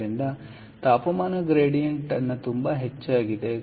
ಆದ್ದರಿಂದ ತಾಪಮಾನದ ಗ್ರೇಡಿಯಂಟ್ ತುಂಬಾ ಹೆಚ್ಚಾಗಿದೆ